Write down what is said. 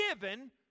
given